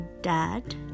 dad